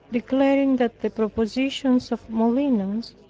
declaring that the propositions of molinos,